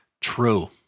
true